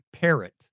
parrot